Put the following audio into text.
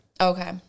Okay